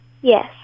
Yes